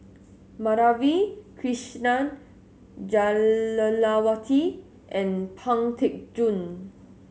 Madhavi Krishnan Jah Lelawati and Pang Teck Joon